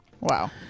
Wow